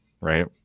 right